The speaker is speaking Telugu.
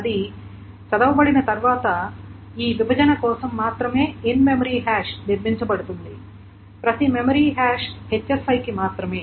అది చదవబడిన తర్వాత ఈ విభజన కోసం మాత్రమే ఇన్ మెమరీ హాష్ నిర్మించబడుతుంది ప్రతి మెమరీ హాష్ కి మాత్రమే